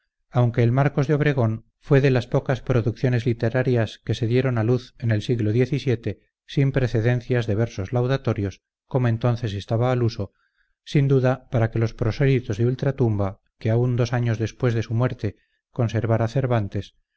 aunque el marcos de obregón fue de las pocas producciones literarias que se dieron a luz en el siglo xvii sin precedencias de versos laudatorios como entonces estaba al uso sin duda para que los prosélitos de ultratumba que aun dos años después de su muerte conservara cervantes